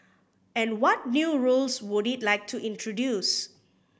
and what new rules would it like to introduce